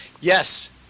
Yes